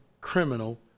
criminal